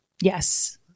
Yes